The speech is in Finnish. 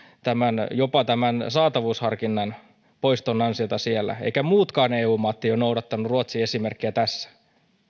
jopa saatavuusharkinnan poiston ansiota siellä eivätkä muutkaan eu maat ole noudattaneet ruotsin esimerkkiä tässä